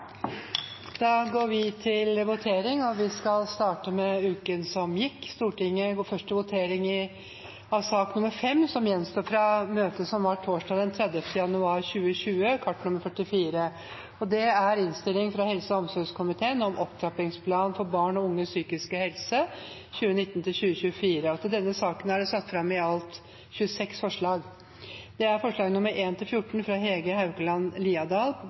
Da går vi til votering. Stortinget går først til votering over sak nr. 5 fra møtet torsdag den 30. januar 2020. Under debatten er det satt fram i alt 26 forslag. Det er forslagene nr. 1–14, fra Hege Haukeland Liadal